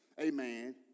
Amen